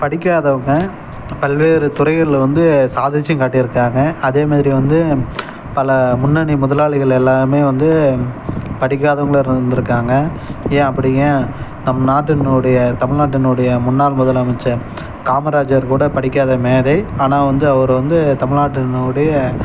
படிக்காதவங்க பல்வேறு துறைகள்ல வந்து சாதிச்சும் காட்டிருக்காங்க அதேமாதிரி வந்து பல முன்னனி முதலாளிகள் எல்லாருமே வந்து படிக்காதவங்களாக இருந்திருக்காங்க ஏன் அப்படி ஏன் நம் நாட்டினுடைய தமிழ் நாட்டினுடைய முன்னாள் முதல் அமைச்சர் காமராஜர் கூட படிக்காத மேதை ஆனால் வந்து அவர் வந்து தமிழ்நாட்டினுடைய